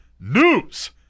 news